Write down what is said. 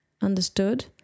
Understood